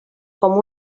com